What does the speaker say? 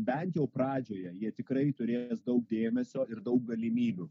bent jau pradžioje jie tikrai turėjo daug dėmesio ir daug galimybių